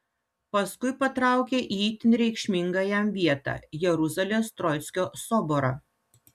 paskui patraukė į itin reikšmingą jam vietą jeruzalės troickio soborą